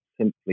simply